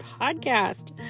podcast